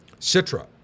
Citra